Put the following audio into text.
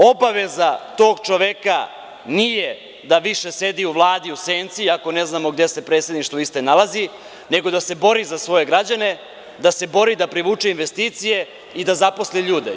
Obaveza tog čoveka nije da više sedi u Vladi u senci, iako ne znamo gde se predstavništvo iste nalazi, nego da se bori za svoje građane, da se bore da privuče investicije i da zaposli ljude.